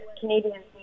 Canadians